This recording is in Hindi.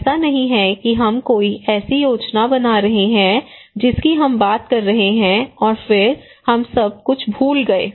ऐसा नहीं है कि हम कोई ऐसी योजना बना रहे हैं जिसकी हम बात कर रहे हैं और फिर हम सब कुछ भूल गए